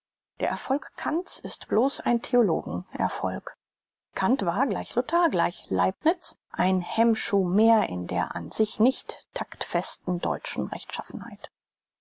der erfolg kant's ist bloß ein theologen erfolg kant war gleich luther gleich leibniz ein hemmschuh mehr in der an sich nicht taktfesten deutschen rechtschaffenheit